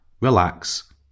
relax